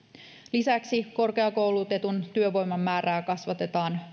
lisäksi korkeakoulutetun työvoiman määrää kasvatetaan